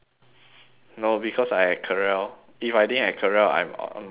no because I had carell if I didn't have carell I'm o~ on my own as well